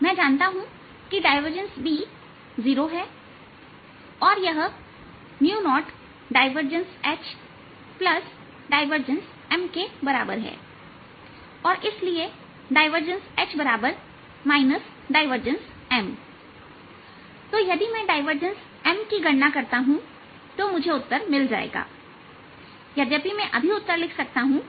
मैं जानता हूं कि डायवर्जेंस B 0 है और यह0डायवर्जेंस H डायवर्जेंस M के बराबर है और इसलिए डायवर्जेंस H डायवर्जेंस M तो यदि मैं डायवर्जेंस M की गणना करता हूं मुझे उत्तर मिल जाएगायद्यपि मैं अभी उत्तर लिख सकता हूं